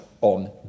on